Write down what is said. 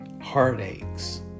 heartaches